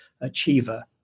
Achiever